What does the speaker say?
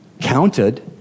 counted